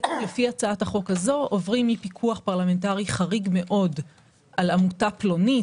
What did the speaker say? לפי הצעת החוק הזאת עוברים מפיקוח פרלמנטרי חריג מאוד על עמותה פלונית,